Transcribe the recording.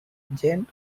giant